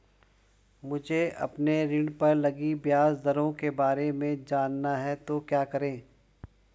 मुझे अपने ऋण पर लगी ब्याज दरों के बारे में जानना है तो क्या करें?